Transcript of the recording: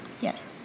Yes